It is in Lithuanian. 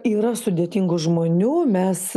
yra sudėtingų žmonių mes